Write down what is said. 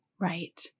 Right